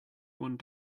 one